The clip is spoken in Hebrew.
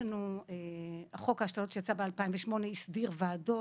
חוק ההשתלות שיצא ב-2008 הסדיר ועדות,